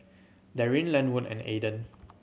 Daryn Lenwood and Aaden